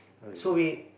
so we